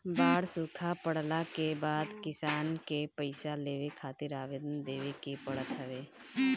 बाढ़ सुखा पड़ला के बाद किसान के पईसा लेवे खातिर आवेदन देवे के पड़त हवे